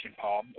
Paul